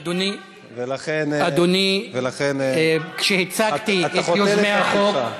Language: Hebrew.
אדוני, אדוני, ולכן, אתה חוטא לתפקידך.